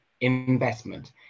investment